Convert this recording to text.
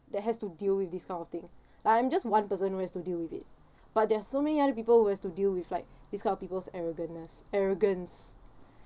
that has to deal with this kind of thing like I'm just one person who has to deal with it but there're so many other people who has to deal with like this kind of people's arrogant-ness arrogance